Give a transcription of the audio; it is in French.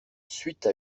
suite